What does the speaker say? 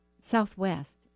southwest